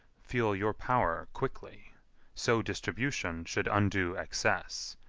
feel your power quickly so distribution should undo excess,